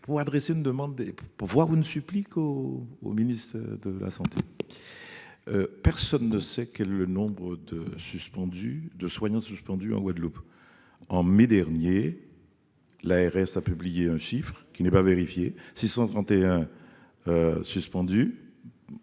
pour adresser une demande et pour pour voir une supplique au au ministère de la Santé, personne ne sait qu'le nombre de suspendu de soignants suspendus en Guadeloupe, en mai dernier, l'ARS a publié un chiffre qui n'est pas vérifié 631 suspendu.